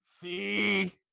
See